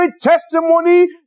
testimony